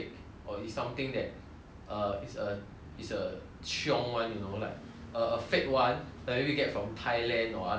err it's a it's a cheong one you know like a a fake one like maybe you get from thailand or other countries come back and sell